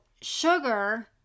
sugar